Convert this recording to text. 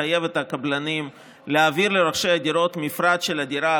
מחייב את הקבלנים להעביר לרוכשי הדירות מפרט של הדירה,